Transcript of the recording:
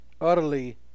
Utterly